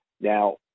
Now